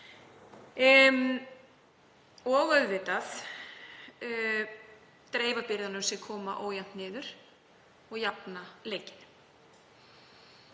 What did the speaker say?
og auðvitað að dreifa byrðunum sem koma ójafnt niður og jafna leikinn.